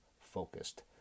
focused